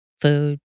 food